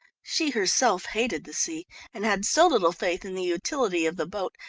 she herself hated the sea and had so little faith in the utility of the boat,